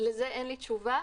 לזה אין לי תשובה,